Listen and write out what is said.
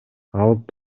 алып